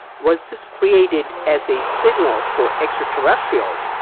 was this created as a signal for extraterrestrials,